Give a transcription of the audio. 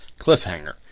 cliffhanger